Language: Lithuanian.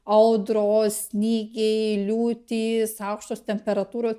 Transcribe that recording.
audros snygiai liūtys aukštos temperatūros